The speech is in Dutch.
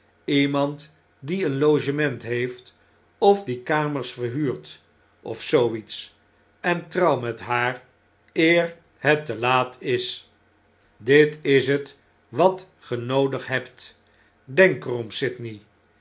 iemand die eenlogement heeft of die kamers verhuurt of zoo iets en trouw met haar eer het te laat is dit is het wat ge noodig hebt denk er